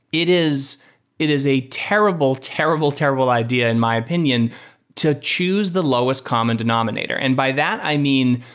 it is it is a terrible, terrible, terrible idea in my opinion to choose the lowest common denominator. and by that, i mean,